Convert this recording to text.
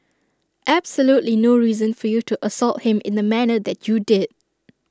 absolutely no reason for you to assault him in the manner that you did